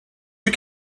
you